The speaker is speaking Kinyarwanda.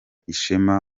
ishema